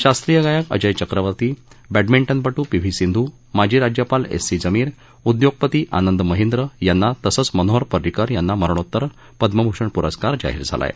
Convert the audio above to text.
शास्त्रीय गायक अजय चक्रवर्ती बॅडमिंटनपटू पी व्ही सिंधू माजी राज्यपाल एस सी जमीर उद्योगपती आनंद महिंद्र यांना तसंच मनोहर परिंकर यांना मरणोत्तर पद्मभूषण पुरस्कार जाहीर झाला आहे